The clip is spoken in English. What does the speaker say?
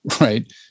right